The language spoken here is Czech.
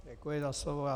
Děkuji za slovo.